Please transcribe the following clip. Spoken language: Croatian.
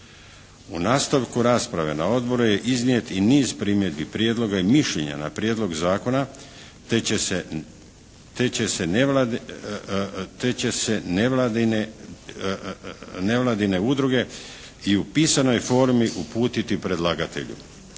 U nastavku rasprave na odboru je iznijet i niz primjedbi, prijedloga i mišljenja na Prijedlog zakona te će se nevladine udruge i u pisanoj formi uputiti predlagatelju.